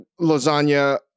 lasagna